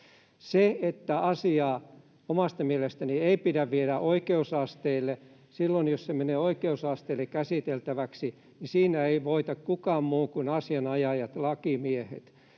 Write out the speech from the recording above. asiassa. Asiaa omasta mielestäni ei pidä viedä oikeusasteille. Silloin, jos se menee oikeusasteiden käsiteltäväksi, siinä ei voita kukaan muu kuin asianajajat, lakimiehet.